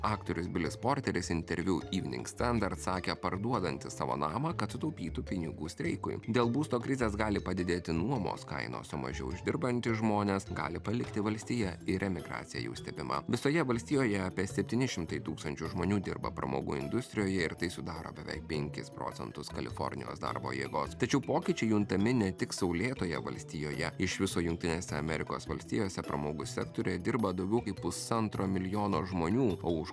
aktorius bilis porteris interviu evening standard atsakė parduodantis savo namą kad sutaupytų pinigų streikui dėl būsto krizės gali padidėti nuomos kainos o mažiau uždirbantys žmonės gali palikti valstiją ir emigracija jau stebima visoje valstijoje apie septyni šimtai tūkstančių žmonių dirba pramogų industrijoje ir tai sudaro beveik penkis procentus kalifornijos darbo jėgos tačiau pokyčiai juntami ne tik saulėtoje valstijoje iš viso jungtinėse amerikos valstijose pramogų sektoriuje dirba daugiau kaip pusantro milijono žmonių o už